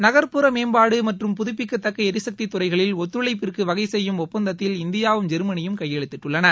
நகர்ப்புற மேம்பாடு மற்றும் புதுபிக்கத்தக்க எரிசக்தித் துறைகளில் ஒத்துழைப்பிற்கு வகை செய்யும் ஒப்பந்தத்தில் இந்தியாவும் ஜெர்மனியும் கையெழுத்திட்டுள்ளன